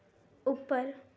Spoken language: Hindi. ऊपर